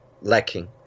lacking